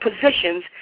positions